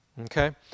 Okay